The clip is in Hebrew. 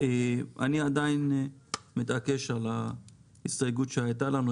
אני עדיין מתעקש על ההסתייגות שהייתה לנו.